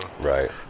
Right